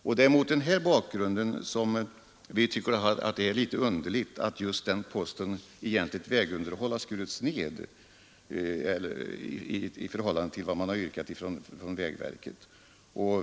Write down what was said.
Det är mot den bakgrunden vi finner det underligt att posten Egentligt vägunderhåll har skurits ned så starkt i förhållande till vad vägverket yrkat.